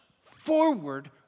forward